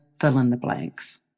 fill-in-the-blanks